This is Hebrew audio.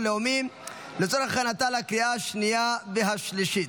לאומי לצורך הכנתה לקריאה השנייה והשלישית.